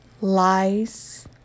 Lies